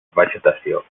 vegetació